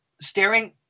staring